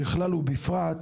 בכלל ובפרט,